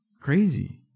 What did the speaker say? crazy